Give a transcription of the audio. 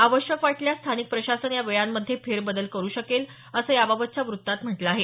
आवश्यक वाटल्यास स्थानिक प्रशासन या वेळांमध्ये फेरबदल करू शकेल असं याबाबतच्या वृत्तात म्हटलं आहे